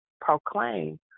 proclaim